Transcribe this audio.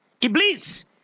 Iblis